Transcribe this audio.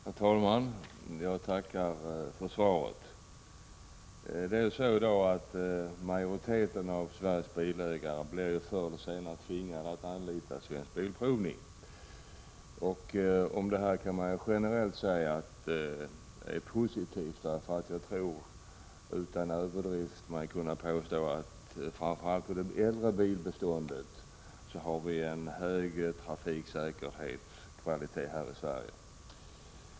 Herr talman! Jag tackar för svaret. Majoriteten av Sveriges bilägare blir förr eller senare tvingade att anlita Svensk Bilprovning. Om det kan man generellt säga att det är positivt. Jag tror mig utan överdrift kunna påstå att vi, framför allt för det äldre bilbeståndet, har en hög trafiksäkerhetskvalitet här i Sverige.